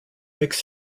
makes